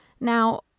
Now